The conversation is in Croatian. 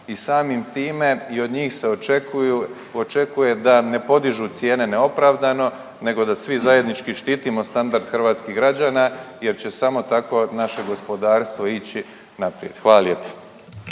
i samim time i od njih se očekuju, očekuje da ne podižu cijene neopravdano nego da svi zajednički štitimo standard hrvatskih građana jer će samo tako naše gospodarstvo ići naprijed, hvala